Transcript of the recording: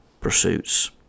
pursuits